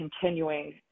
continuing